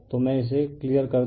तो मैं इसे क्लियर कर दूं